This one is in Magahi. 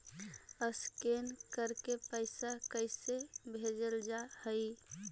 स्कैन करके पैसा कैसे भेजल जा हइ?